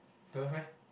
don't have meh